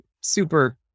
super